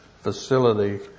facility